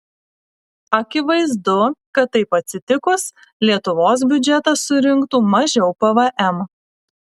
akivaizdu kad taip atsitikus lietuvos biudžetas surinktų mažiau pvm